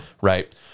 right